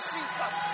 Jesus